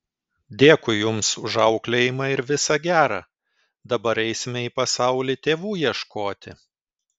dėkui jums už auklėjimą ir visa gera dabar eisime į pasaulį tėvų ieškoti